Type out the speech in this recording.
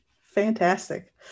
fantastic